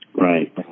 Right